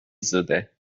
زوده